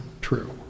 true